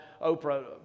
Oprah